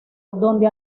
dónde